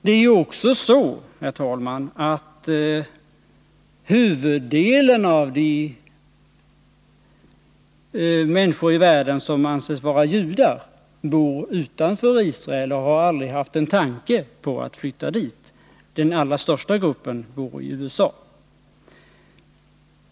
Det är ju också så, herr talman, att huvuddelen av de människor i världen som anses vara judar bor utanför Israel och aldrig har haft en tanke på att flytta dit. Den allra största gruppen bor i USA.